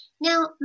Now